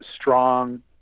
strong